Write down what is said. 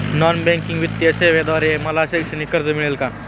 Non banking वित्तीय सेवेद्वारे मला शैक्षणिक कर्ज मिळेल का?